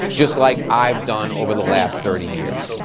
just like i've done over the last thirty years.